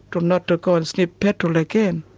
to not to go and sniff petrol again.